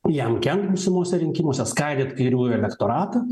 jam kenks būsimuose rinkimuose skaidyt kairiųjų elektoratą